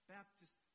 Baptist